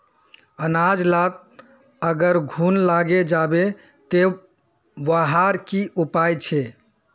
अनाज लात अगर घुन लागे जाबे ते वहार की उपाय छे?